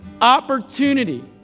opportunity